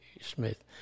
Smith